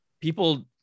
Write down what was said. people